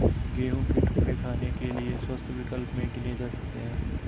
गेहूं के टुकड़े खाने के लिए स्वस्थ विकल्प में गिने जा सकते हैं